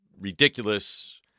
ridiculous